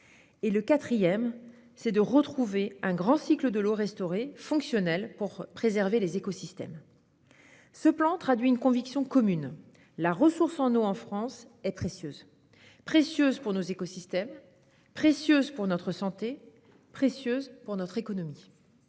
de qualité ; restaurer un grand cycle de l'eau fonctionnel pour préserver les écosystèmes. Ce plan traduit une conviction commune : la ressource en eau en France est précieuse, précieuse pour nos écosystèmes, précieuse pour notre santé, précieuse pour notre économie.